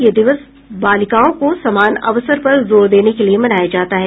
यह दिवस बालिकाओं को समान अवसर पर जोर देने के लिए मनाया जाता है